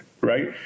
Right